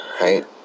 right